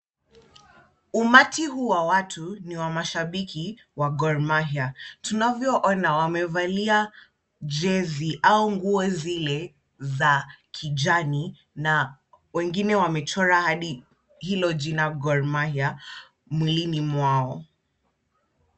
Umati huu wa watu ni wa mashabiki wa Gor Mahia. Tunavyoona wamevalia jezi au nguo zile za kijani na wengine wamechora hadi hilo jina Gor Mahia mwilini mwao.